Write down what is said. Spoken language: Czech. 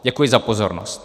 Děkuji za pozornost.